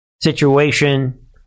situation